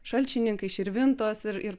šalčininkai širvintos ir ir